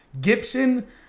Gibson